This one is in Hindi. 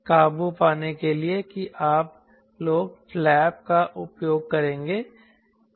तो इस पर काबू पाने के लिए कि आप लोग फ्लैप का उपयोग करेंगे